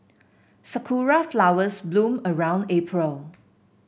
sakura flowers bloom around April